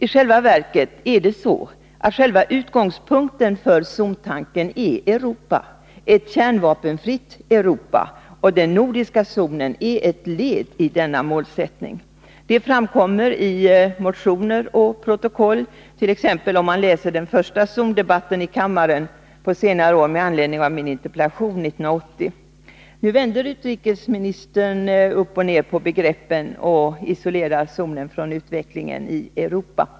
I själva verket är det så, att själva utgångspunkten för zontanken är Europa, ett kärnvapenfritt Europa, och den nordiska zonen är ett led i denna målsättning. Detta framkommer i motioner och protokoll, t.ex. om man läser den första zondebatten i kammaren på senare år med anledning av min interpellation 1980. Nu vänder utrikesministern upp och ner på begreppen — och isolerar zonen från utvecklingen i Europa.